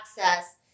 access